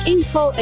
Info